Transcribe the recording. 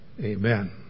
amen